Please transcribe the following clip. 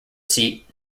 seat